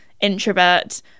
introvert